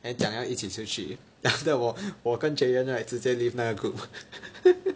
then 讲要一起出去 then after that 我跟 Jayen right 直接 leave 那个 group